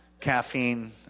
caffeine